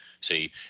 See